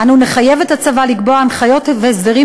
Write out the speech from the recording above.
אנו נחייב את הצבא לקבוע הנחיות והסדרים